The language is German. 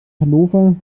hannover